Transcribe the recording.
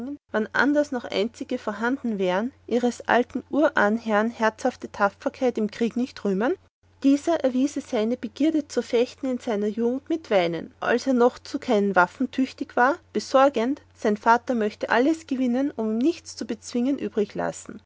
wann anders noch einzige vorhanden wären ihres alten urahnherrn herzhafte tapferkeit im krieg nicht rühmen dieser erwiese seine begierde zu fechten in seiner jugend mit weinen als er noch zu keinen waffen tüchtig war besorgend sein vatter möchte alles gewinnen und ihm nichts zu bezwingen